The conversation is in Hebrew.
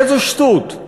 איזו שטות,